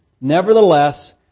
Nevertheless